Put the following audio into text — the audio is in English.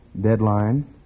deadline